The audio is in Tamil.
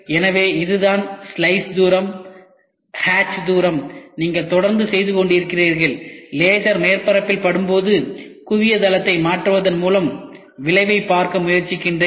எனவே இதுதான் ஸ்லைஸ் தூரம் ஹட்ச் தூரம் நீங்கள் தொடர்ந்து செய்து கொண்டிருக்கிறீர்கள் லேசர் மேற்பரப்பில் படும்போது குவிய தளத்தை மாற்றுவதன் மூலம் விளைவை பார்க்க முயற்சிக்கிறேன்